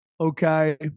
okay